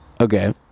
Okay